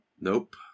Nope